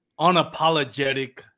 unapologetic